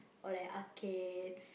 or like arcades